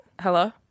Hello